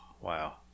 wow